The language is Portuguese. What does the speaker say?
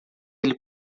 ele